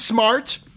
smart